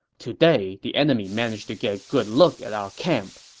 today, the enemy managed to get a good look at our camp.